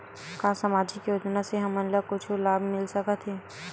का सामाजिक योजना से हमन ला कुछु लाभ मिल सकत हे?